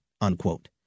unquote